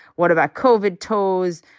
what about kovik toes?